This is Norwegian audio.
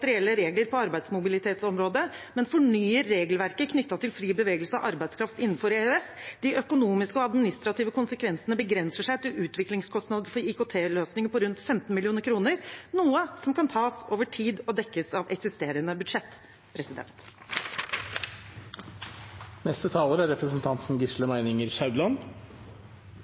regler på arbeidsmobilitetsområdet, men fornyer regelverket knyttet til fri bevegelse av arbeidskraft innenfor EØS. De økonomiske og administrative konsekvensene begrenser seg til utviklingskostnader for IKT-løsninger på rundt 15 mill. kr, noe som kan tas over tid og dekkes av eksisterende budsjett.